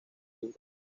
libros